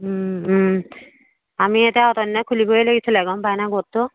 আমি এতিয়া অতদিনে খুলিবই লাগিছিলে গম পাইনে গোটটো